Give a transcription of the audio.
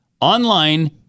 online